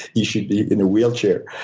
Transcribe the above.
you should be in a wheelchair.